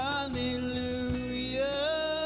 Hallelujah